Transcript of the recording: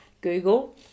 Google